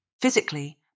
Physically